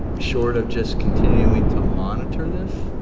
short of just continuing to monitor this.